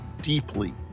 deeply